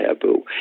taboo